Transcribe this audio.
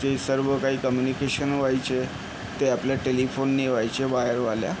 जे सर्व काही कम्युनिकेशन व्हायचे ते आपल्या टेलिफोनने व्हायचे वायरवाल्या